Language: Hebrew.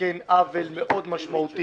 שמתקן עוול מאוד משמעותי.